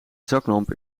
zaklamp